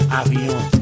avion